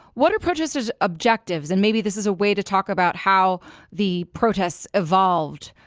what are protesters' objectives? and maybe this is a way to talk about how the protests evolved,